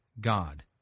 God